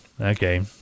okay